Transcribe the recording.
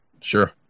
Sure